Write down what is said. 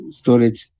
storage